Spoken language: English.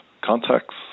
contacts